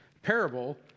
Parable